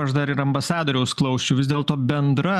aš dar ir ambasadoriaus klausčiau vis dėlto bendra